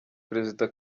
perezida